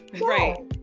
Right